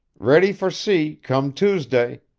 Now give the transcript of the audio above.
ready for sea, come tuesday.